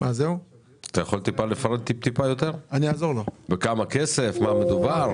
אתה יכול לפרט טיפה יותר במה מדובר?